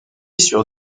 sur